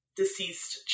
deceased